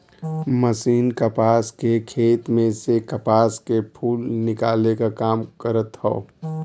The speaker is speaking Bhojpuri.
मशीन कपास के खेत में से कपास के फूल निकाले क काम करत हौ